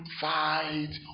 fight